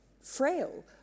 frail